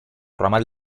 ramal